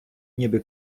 ніби